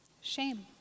shame